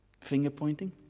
finger-pointing